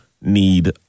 need